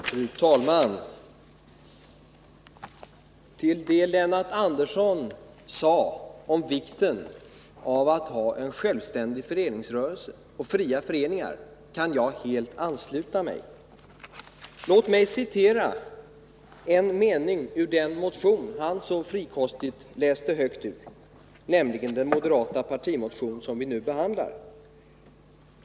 Fru talman! Till det Lennart Andersson sade om vikten av att ha en självständig föreningsrörelse och fria föreningar kan jag helt ansluta mig. Låt mig citera en mening ur den motion Lennart Andersson så frikostigt läste högt ur, nämligen den moderata partimotion som nu är aktuell.